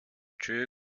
tschö